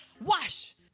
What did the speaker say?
wash